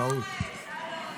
טעות.